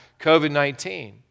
COVID-19